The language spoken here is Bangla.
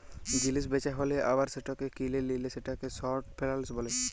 জিলিস বেচা হ্যালে আবার সেটাকে কিলে লিলে সেটাকে শর্ট ফেলালস বিলে